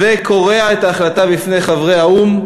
וקורע את ההחלטה בפני חברי האו"ם,